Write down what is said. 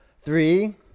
Three